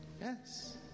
Yes